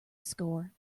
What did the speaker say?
score